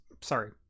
sorry